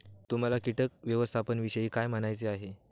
तुम्हाला किटक व्यवस्थापनाविषयी काय म्हणायचे आहे?